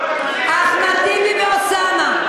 אחמד טיבי ואוסאמה,